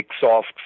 soft